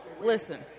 Listen